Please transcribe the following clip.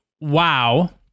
WoW